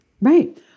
Right